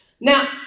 Now